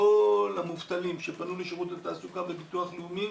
כל המובטלים שפנו לשירות התעסוקה וביטוח לאומי,